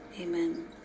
Amen